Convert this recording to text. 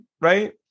right